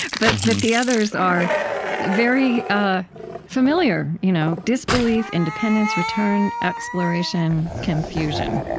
but but the others are very ah familiar you know disbelief, independence, return, exploration, confusion